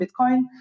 Bitcoin